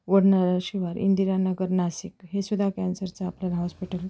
वडला शिवाार इंदिरा नगर नासिक हे सुद्धा कॅन्सरचं आपल्याला हॉस्पिटल